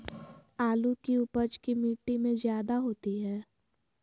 आलु की उपज की मिट्टी में जायदा होती है?